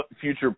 future